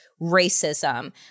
racism